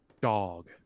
dog